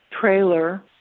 trailer